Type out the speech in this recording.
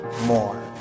more